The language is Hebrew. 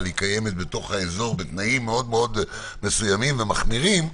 קיימת בתוך האזור בתנאים מאוד-מאוד מסוימים ומחמירים,